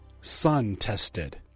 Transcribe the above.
Sun-Tested